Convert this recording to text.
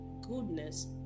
goodness